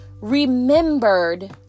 remembered